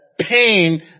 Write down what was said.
pain